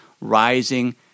rising